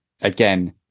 again